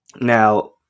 now